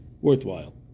worthwhile